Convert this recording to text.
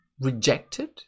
rejected